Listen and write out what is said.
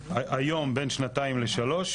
היום בין שנתיים לשלוש,